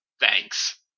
Thanks